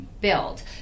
build